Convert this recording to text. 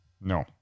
No